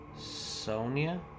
Sonia